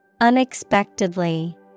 unexpectedly